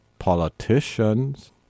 politicians